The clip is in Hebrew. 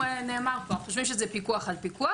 נאמר פה, אנחנו חושבים שזה פיקוח על פיקוח.